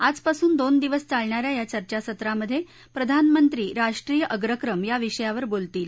आजपासून दोन दिवस चालणा या या चर्चासत्रामध्ये प्रधानमंत्री राष्ट्रीय अगक्रम या विषयावर बोलतील